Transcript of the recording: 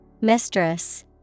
Mistress